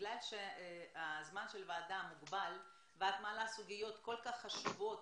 מכיוון שהזמן של הוועדה מוגבל ואת מעלה סוגיות כל כך חשובות